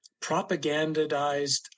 propagandized